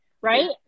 Right